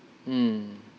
mm